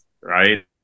Right